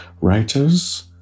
writers